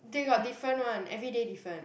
they got different one everyday different